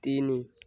ତିନି